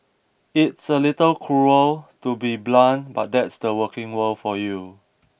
it's a little cruel to be blunt but that's the working world for you